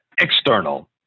external